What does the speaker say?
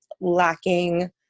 lacking